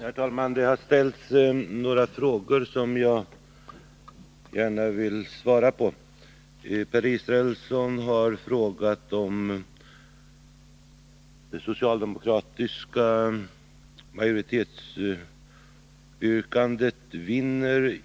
Herr talman! Det har ställts några frågor som jag gärna vill svara på. Per Israelsson har frågat hur regeringen kommer att handla, om det socialdemokratiska förslaget, dvs. majoritetsyrkandet, vinner